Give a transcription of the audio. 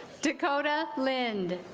dakota lind